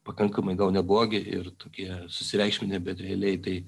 pakankamai gal neblogi ir tokie susireikšminę bet realiai tai